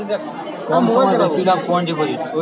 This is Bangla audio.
কম সময়ে বেশি লাভ কোন ডিপোজিটে?